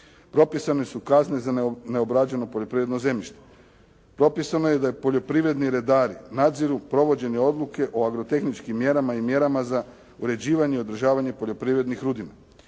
Propisane su kazne za neobrađeno poljoprivredno zemljište. Propisano je da poljoprivredni redari nadziru provođenje odluke o agrotehničkim mjerama i mjerama za uređivanje i održavanje poljoprivrednih rudina.